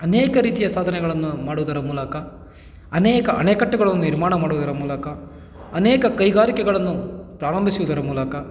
ಅನೇಕ ರೀತಿಯ ಸಾಧನೆಗಳನ್ನು ಮಾಡೋದರ ಮೂಲಕ ಅನೇಕ ಅಣೆಕಟ್ಟುಗಳನ್ನು ನಿರ್ಮಾಣ ಮಾಡೋದರ ಮೂಲಕ ಅನೇಕ ಕೈಗಾರಿಕೆಗಳನ್ನು ಪ್ರಾರಂಭಿಸೋದರ ಮೂಲಕ